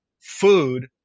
food